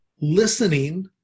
listening